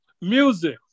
music